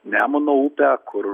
nemuno upę kur